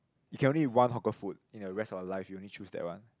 you can only one hawker food in the rest of your life you only choose that one